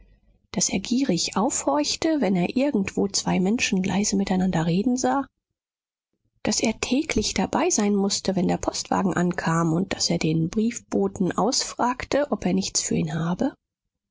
daß er gierig aufhorchte wenn er irgendwo zwei menschen leise miteinander reden sah daß er täglich dabei sein mußte wenn der postwagen ankam und daß er den briefboten ausfragte ob er nichts für ihn habe